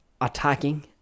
attacking